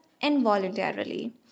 involuntarily